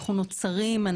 אנחנו נוצרים,